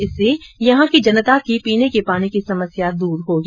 इससे यहां की जनता की पीने के पानी की समस्या दूर होगी